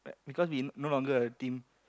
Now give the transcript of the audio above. because we no longer a team